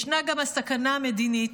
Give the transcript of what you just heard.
ישנה גם הסכנה המדינית,